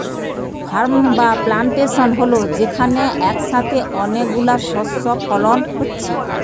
farm বা plantation হল যেখানে একসাথে অনেক গুলো শস্য ফলন হচ্ছে